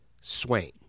Swain